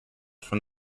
from